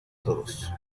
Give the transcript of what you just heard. todos